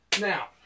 Now